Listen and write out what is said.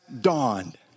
dawned